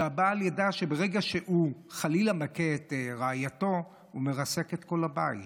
שהבעל ידע שברגע שהוא חלילה מכה את רעייתו הוא מרסק את כל הבית,